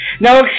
Now